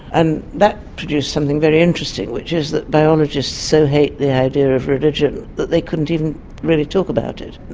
and that produced something very interesting, which is that biologist so hate the idea of religion that they couldn't even really talk about it.